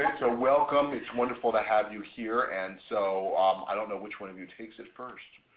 and so welcome, it's wonderful to have you here and so i don't know which one of you takes it first.